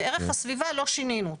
וערך הסביבה לא שינינו אותו.